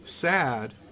sad